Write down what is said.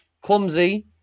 clumsy